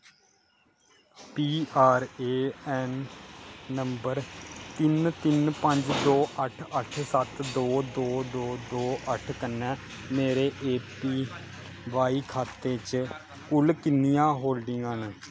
P R A N number तिन तिन पंज दो अट्ठ अट्ठ सत्त दो दो दो दो अट्ठ कन्नै मेरे ए पी वाई खाते च कुल किन्नियां होल्डिंगां न